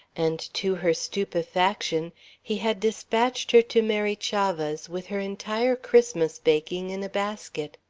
and to her stupefaction he had dispatched her to mary chavah's with her entire christmas baking in a basket.